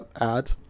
add